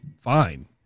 fine